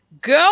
Go